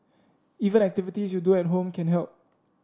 even activities you do at home can help